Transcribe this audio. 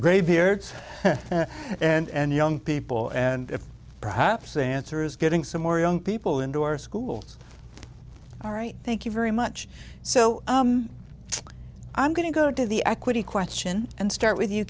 graybeards and young people and perhaps answer is getting some more young people into our schools all right thank you very much so i'm going to go to the equity question and start with you